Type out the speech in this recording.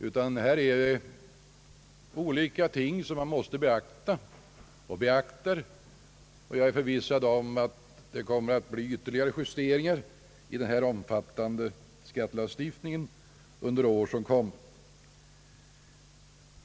Det är dock många faktorer som man måste ta hänsyn till, och jag är säker på att det kommer att behövas ytterligare justeringar i denna omfattande skattelagstiftning under kommande år.